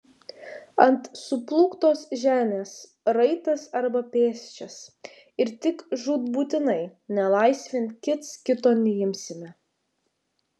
ant suplūktos žemės raitas arba pėsčias ir tik žūtbūtinai nelaisvėn kits kito neimsime